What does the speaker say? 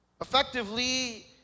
effectively